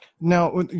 Now